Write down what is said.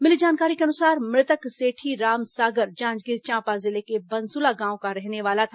मिली जानकारी के अनुसार मृतक सेठी राम सागर जांजगीर चांपा जिले के बंसुला गांव का रहने वाला था